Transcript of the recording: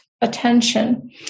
attention